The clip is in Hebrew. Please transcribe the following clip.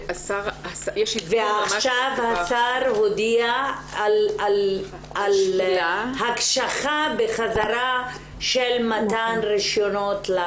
ועכשיו השר הודיע על הקשחה בחזרה של מתן רשיונות.